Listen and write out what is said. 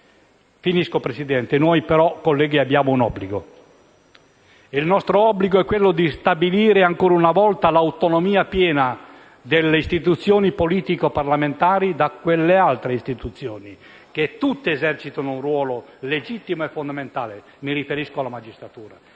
misura di questo tipo. Colleghi, noi abbiamo un obbligo: il nostro obbligo è quello di stabilire, ancora una volta, l'autonomia piena delle istituzioni politico-parlamentari da quelle altre istituzioni, che esercitano tutte un ruolo legittimo e fondamentale. Mi riferisco alla magistratura.